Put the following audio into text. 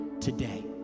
today